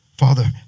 Father